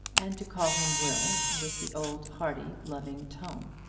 and to call him will with the old hearty, loving tone.